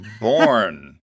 born-